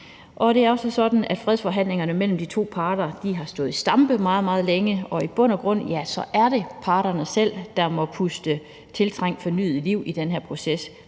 Det er også sådan, at fredsforhandlingerne mellem de to parter har stået i stampe meget længe, og i bund og grund er det parterne selv, der må puste tiltrængt fornyet liv i den her proces.